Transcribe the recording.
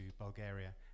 Bulgaria